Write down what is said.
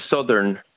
Southern